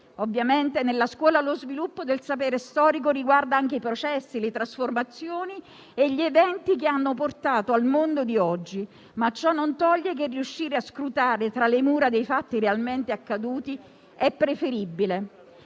Ovviamente nella scuola lo sviluppo del sapere storico riguarda anche i processi, le trasformazioni e gli eventi che hanno portato al mondo di oggi, ma ciò non toglie che riuscire a scrutare tra le mura dei fatti realmente accaduti è preferibile.